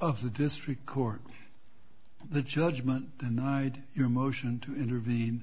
of the district court the judgment and i your motion to intervene